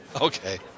Okay